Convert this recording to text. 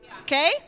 Okay